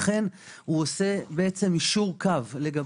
לכן הוא עושה יישור קו.